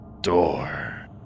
Door